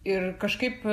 ir kažkaip